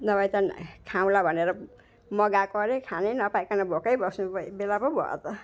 नभए त खाउँला भनेर मगाएको अरे खानै नपाइकन भोकै बस्नु बेला पो भयो त